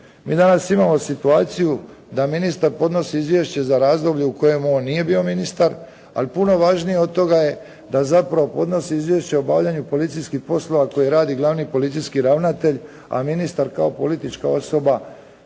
Mi danas imamo situaciju da ministar podnosi izvješće za razdoblje u kojem on nije bio ministar ali puno važnije od toga je da zapravo podnosi izvješće o obavljanju policijskih poslova koje radi glavni policijski ravnatelj a ministar kao politička osoba